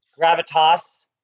gravitas